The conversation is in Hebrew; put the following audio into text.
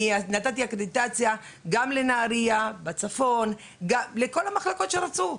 אני נתתי --- גם לנהריה בצפון לכל המחלקות שרצו.